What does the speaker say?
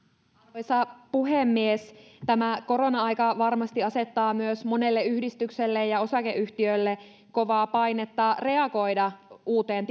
arvoisa puhemies tämä korona aika varmasti asettaa myös monelle yhdistykselle ja osakeyhtiölle kovaa painetta reagoida uuteen